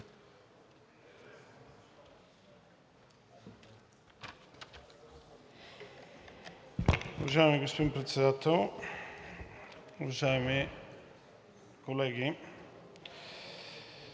Уважаеми господин Председател, уважаеми колеги!